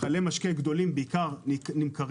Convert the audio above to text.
ומכלי משקה גדולים נמכרים בעיקר ברשתות